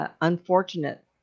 unfortunate